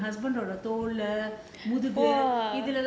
அவங்க எப்பவுமே வந்து என்:avanga eppavumae vanthu en husband தோளுல:tholula